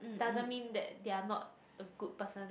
doesn't mean that they are not a good person